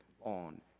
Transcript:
on